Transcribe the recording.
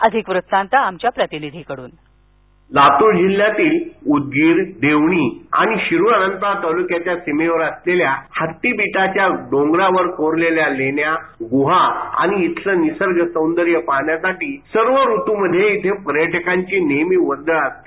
अधिक वृत्तांत आमच्या प्रतिनिधीकडून लातूर जिल्ह्यातील उदगीर देवणी आणि शिरूर अनंतपाळ तालुक्याघ्या सीमेवर असलेल्या हत्तीबेटाच्या डोंगरावर कोरलेल्या लेण्या गुहा आणि इथलं निसर्ग सोंदर्य पाहण्यासाठी सर्व ऋतूमध्ये इथे पर्यटकांची नेहमीच वर्दळ असते